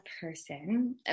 person